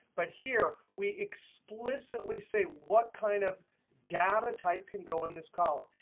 but here we explicitly say what kind of data type can go in this column.